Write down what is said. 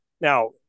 Now